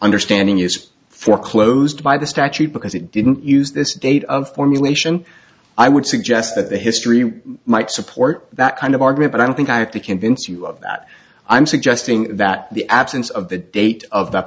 understanding use for closed by the statute because it didn't use this date of formulation i would suggest that the history might support that kind of argument but i don't think i have to convince you of that i'm suggesting that the absence of the date of th